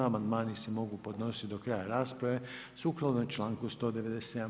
Amandmani se mogu podnositi do kraja rasprave sukladno članku 197.